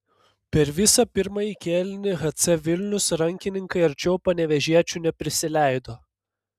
per visą pirmąjį kėlinį hc vilnius rankininkai arčiau panevėžiečių neprisileido